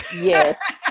yes